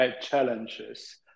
challenges